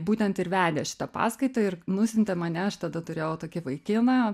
būtent ir vedė šitą paskaitą ir nusiuntė mane aš tada turėjau tokį vaikiną